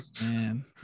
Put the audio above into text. Man